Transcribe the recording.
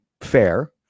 fair